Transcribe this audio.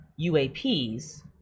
UAPs